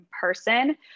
person